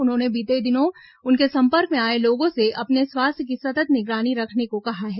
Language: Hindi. उन्होंने बीते दिनों उनके संपर्क में आए लोगों से अपने स्वास्थ्य की सतत् निगरानी रखने को कहा है